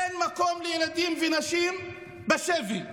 אין מקום לילדים ולנשים בשבי.